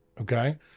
okay